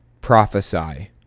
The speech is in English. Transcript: prophesy